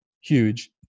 huge